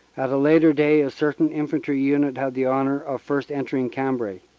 at a later day a certain infantry unit had the honor of first entering cambrai.